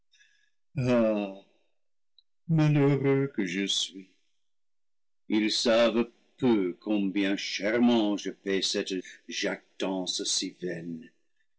que je suis ils savent peu combien chèrement je paye cette jactance